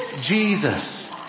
Jesus